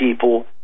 people